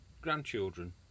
grandchildren